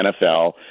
NFL